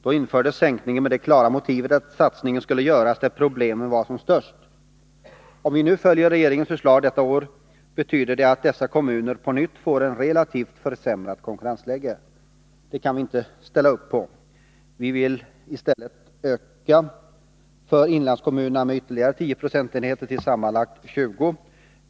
Då infördes sänkningen med det klara motivet att satsningen skulle göras där problemen var som störst. Om vi nu följer regeringens förslag detta år betyder det att dessa kommuner på nytt får ett relativt försämrat konkurrensläge. Det kan vi inte ställa upp på. Vi vill i stället öka avgiftssänkningen för inlandskommunerna med ytterligare 10 procentenheter till sammanlagt 20926.